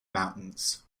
mountains